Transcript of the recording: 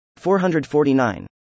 449